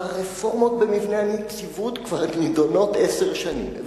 הרפורמות במבנה הנציבות כבר נדונות עשר שנים,